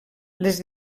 les